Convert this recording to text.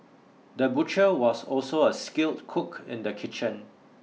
the butcher was also a skilled cook in the kitchen